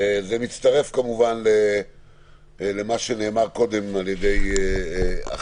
זה מצטרף כמובן למה שנאמר קודם על ידי אחרים.